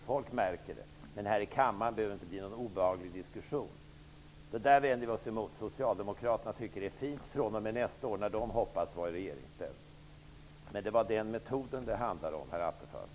Folk märker det, men det behöver inte bli någon obehaglig diskussion här i kammaren. Det vänder vi oss emot. Socialdemokraterna tycker att det är fint -- och fr.o.m. nästa år hoppas de vara i regeringsställning. Det var metoden det handlade om, herr Attefall.